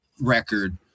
record